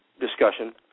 discussion